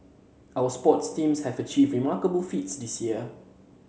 our sports teams have achieved remarkable feats this year